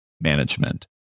management